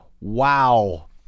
Wow